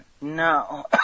no